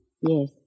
Yes